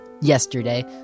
yesterday